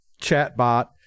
chatbot